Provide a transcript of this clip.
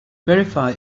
verify